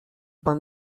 pan